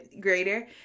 greater